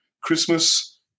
Christmas